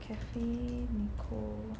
Cafe Nicole